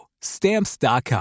Stamps.com